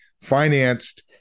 financed